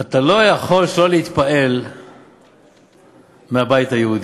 אתה לא יכול שלא להתפעל מהבית היהודי.